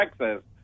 Texas